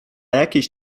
jakiejś